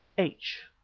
h.